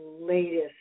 latest